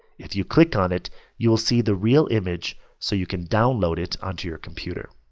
if you click on it you will see the real image so you can download it onto your computer.